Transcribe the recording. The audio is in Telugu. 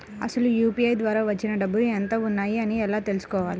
అసలు యూ.పీ.ఐ ద్వార వచ్చిన డబ్బులు ఎంత వున్నాయి అని ఎలా తెలుసుకోవాలి?